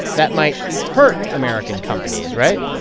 that might hurt american companies, right?